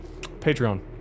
Patreon